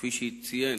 כפי שציין